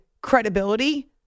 credibility